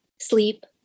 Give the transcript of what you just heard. sleep